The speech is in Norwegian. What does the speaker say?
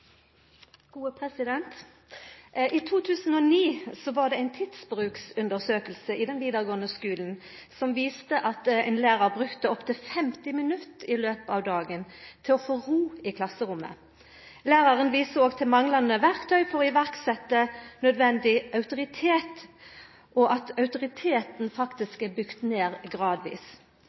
I 2009 var det ei tidsbrukundersøking i den vidaregåande skulen som viste at ein lærar brukte opptil 50 minutt i løpet av dagen til å få ro i klasserommet. Lærarane viser òg til manglande verktøy for setja i verk nødvendig autoritet, og at autoriteten faktisk er bygd ned gradvis.